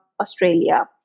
Australia